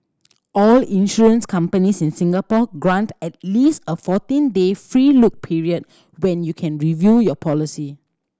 all insurance companies in Singapore grant at least a fourteen day free look period when you can review your policy